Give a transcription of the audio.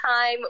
time